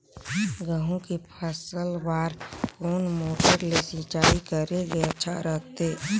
गहूं के फसल बार कोन मोटर ले सिंचाई करे ले अच्छा रथे?